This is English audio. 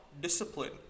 discipline